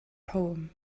poem